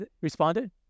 responded